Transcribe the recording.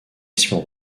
espion